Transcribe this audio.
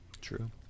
True